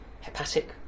hepatic